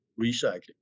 recycling